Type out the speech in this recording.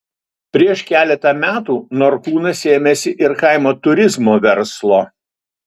prieš keletą metų norkūnas ėmėsi ir kaimo turizmo verslo